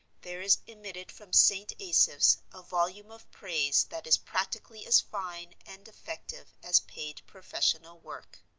there is emitted from st. asaph's a volume of praise that is practically as fine and effective as paid professional work.